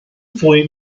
fwy